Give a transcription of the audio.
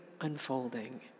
unfolding